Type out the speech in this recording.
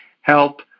help